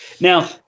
now